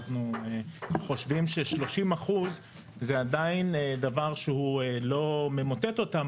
אנחנו חושבים ש-30% זה עדיין דבר שלא ממוטט אותם,